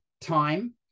time